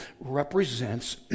represents